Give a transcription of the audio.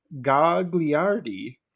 Gagliardi